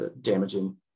damaging